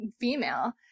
female